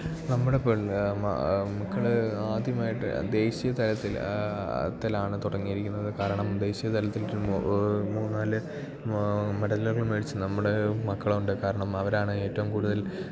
നമ്മുടെ പിള്ളേർ മക്കൾ ആദ്യമായിട്ട് ദേശീയ തലത്തിൽ ത്തിലാണ് തുടങ്ങിയിരിക്കുന്നത് കാരണം ദേശീയ തലത്തില് ടീം മൂന്ന് നാല് മെഡലുകൾ മേടിച്ചു നമ്മുടെ മക്കളെ കൊണ്ട് കാരണം അവരാണ് ഏറ്റവും കൂടുതൽ